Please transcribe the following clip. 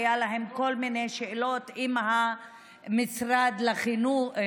היו להם כל מיני שאלות למשרד החינוך: